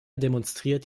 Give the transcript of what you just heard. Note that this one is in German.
demonstriert